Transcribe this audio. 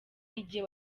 igihe